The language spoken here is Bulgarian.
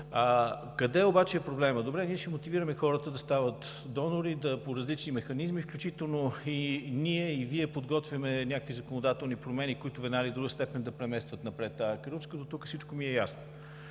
Къде обаче е проблемът? Добре, ние ще мотивираме хората да стават донори по различни механизми, включително и ние, и Вие подготвяме някакви законодателни промени, които в една или в друга степен да преместват напред тази каручка – дотук всичко ми е ясно.